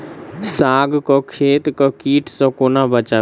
साग केँ खेत केँ कीट सऽ कोना बचाबी?